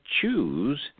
Choose